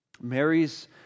Mary's